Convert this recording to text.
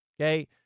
Okay